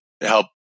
help